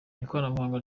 ikoranabuhanga